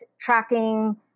tracking